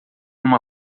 uma